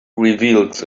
reveals